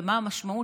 ומה המשמעות,